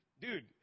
dude